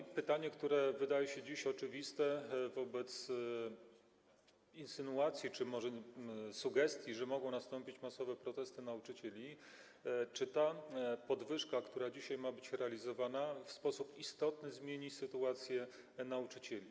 I pytanie, które wydaje się dziś oczywiste wobec insynuacji, czy może sugestii, że mogą nastąpić masowe protesty nauczycieli: Czy ta podwyżka, która dzisiaj ma być realizowana, w sposób istotny zmieni sytuację nauczycieli?